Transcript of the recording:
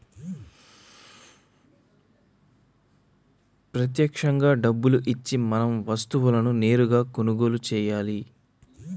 ప్రత్యక్షంగా డబ్బులు ఇచ్చి మనం వస్తువులను నేరుగా కొనుగోలు చేయాలి